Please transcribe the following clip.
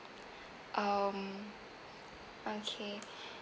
um okay